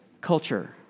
Culture